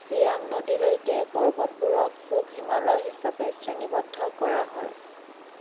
ছিয়াং নদীলৈকে পৰ্বতবোৰক পূৱ হিমালয় হিচাপে শ্ৰেণীবদ্ধ কৰা হয়